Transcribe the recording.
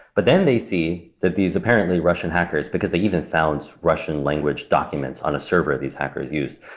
but then they see that these apparently russian hackers, because they even found russian language documents on a server these hackers use,